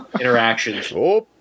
interactions